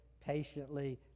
patiently